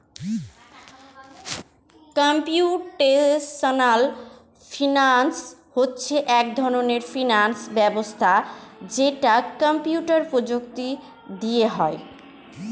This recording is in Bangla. কম্পিউটেশনাল ফিনান্স হচ্ছে এক ধরনের ফিনান্স ব্যবস্থা যেটা কম্পিউটার প্রযুক্তি দিয়ে হয়